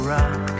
Rock